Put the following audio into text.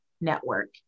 network